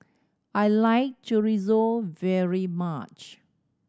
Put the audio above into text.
I like Chorizo very much